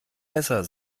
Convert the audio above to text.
besser